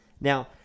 Now